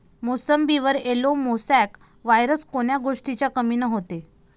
मोसंबीवर yellow mosaic virus कोन्या गोष्टीच्या कमीनं होते?